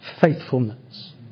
faithfulness